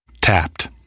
Tapped